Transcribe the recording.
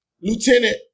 lieutenant